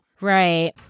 Right